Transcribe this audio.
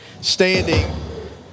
standing